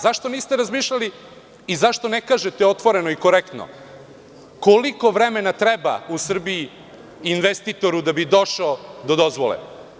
Zašto niste razmišljali i zašto ne kažete otvoreno i korektno koliko vremena treba u Srbiji investitoru da bi došao do dozvole?